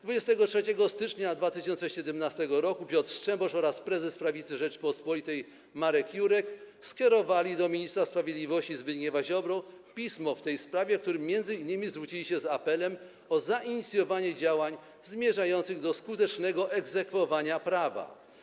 23 stycznia 2017 r. Piotr Strzembosz oraz prezes Prawicy Rzeczypospolitej Marek Jurek skierowali do ministra sprawiedliwości Zbigniewa Ziobry pismo w tej sprawie, w którym m.in. zwrócili się z apelem o zainicjowanie działań zmierzających do skutecznego egzekwowania prawa.